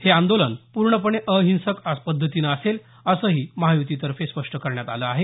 हे आंदोलन पूर्णपणे अहिंसक पद्धतीनं असेल असंही महायुतीतर्फे स्पष्ट करण्यात आलं आहे